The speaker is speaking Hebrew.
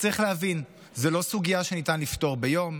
צריך להבין, זו לא סוגיה שניתן לפתור ביום.